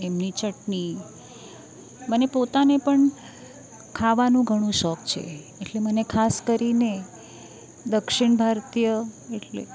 એમની ચટણી મને પોતાને પણ ખાવાનું ઘણો શોખ છે એટલે મને ખાસ કરીને દક્ષિણ ભારતીય એટલે